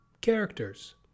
characters